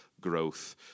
growth